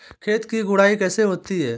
खेत की गुड़ाई कैसे होती हैं?